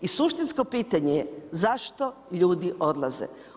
I suštinsko pitanje je zašto ljudi odlaze?